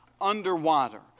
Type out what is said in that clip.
underwater